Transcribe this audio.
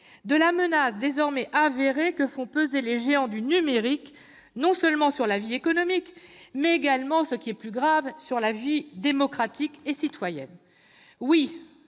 de la menace désormais avérée que font peser les géants du numérique non seulement sur la vie économique, mais également, ce qui est plus grave, sur la vie démocratique et citoyenne.